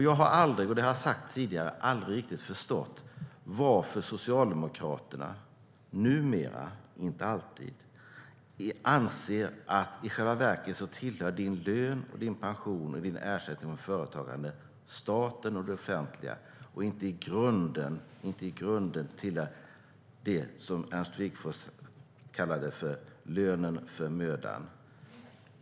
Jag har, som jag har sagt tidigare, aldrig riktigt förstått varför Socialdemokraterna numera - de har inte alltid gjort det - anser att din lön, din pension och din ersättning från företagande tillhör staten och det offentliga och inte i grunden tillhör det som Ernst Wigforss kallade "lönen för mödan".